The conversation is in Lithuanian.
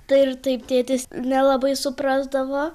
tai ir taip tėtis nelabai suprasdavo